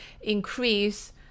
increase